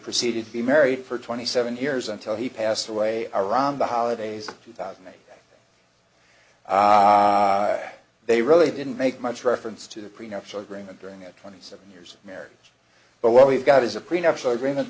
proceeded to be married for twenty seven years until he passed away or around the holidays two thousand and eight they really didn't make much reference to the prenuptial agreement during that twenty seven years marriage but what we've got is a prenuptial agreement